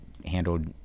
handled